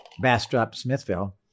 Bastrop-Smithville